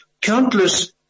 countless